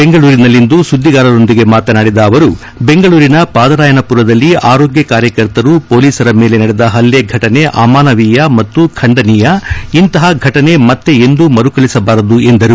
ಬೆಂಗಳೂರಿನಲ್ಲಿಂದು ಸುದ್ದಿಗಾರರೊಂದಿಗೆ ಮಾತನಾಡಿದ ಅವರು ಬೆಂಗಳೂರಿನ ಪಾದರಾಯನಪುರದಲ್ಲಿ ಆರೋಗ್ಯ ಕಾರ್ಯಕರ್ತರು ಹೊಲೀಸರ ಮೇಲೆ ನಡೆದ ಹಲ್ಲೆ ಘಟನೆ ಅಮಾನವೀಯ ಮತ್ತು ಖಂಡನೀಯ ಇಂತಹ ಫಟನೆ ಮತ್ತೆ ಎಂದೂ ಮರುಕಳಿಹಿಸಬಾರದು ಎಂದರು